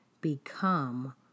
become